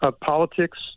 politics